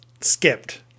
skipped